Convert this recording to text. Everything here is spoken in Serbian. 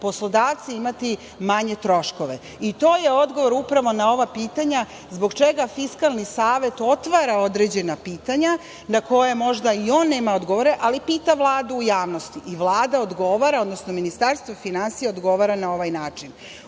poslodavci imati manje troškove.I to je odgovor na ova pitanja zbog čega Fiskalni savet otvara određena pitanja na koje možda i on nema odgovore, ali pita Vladu u javnosti i Vlada odgovora, odnosno Ministarstvo finansija odgovara na ovaj način.U